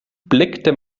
blickte